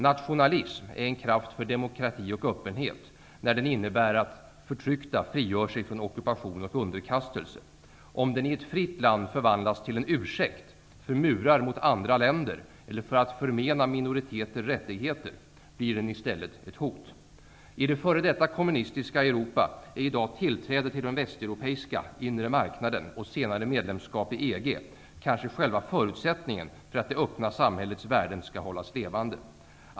Nationalism är en kraft för demokrati och öppenhet, när den innebär att förtryckta frigör sig från ockupation och underkastelse. Om nationalismen i ett fritt land används som ursäkt för murar mot andra länder eller för att förmena minoriteter rättigheter, blir den i stället ett hot. I det f.d. kommunistiska Europa är i dag tillträde till den västeuropeiska inre marknaden och senare medlemskap i EG kanske själva förutsättningen för att det öppna samhällets värden skall hållas levande.